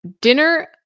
Dinner